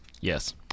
Yes